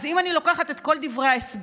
אז אם אני לוקחת את כל דברי ההסבר,